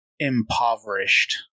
impoverished